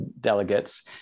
delegates